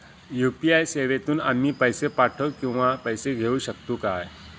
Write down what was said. UPI सेवेतून आम्ही पैसे पाठव किंवा पैसे घेऊ शकतू काय?